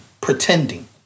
pretending